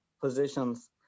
positions